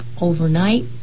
overnight